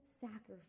sacrifice